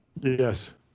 Yes